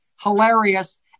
hilarious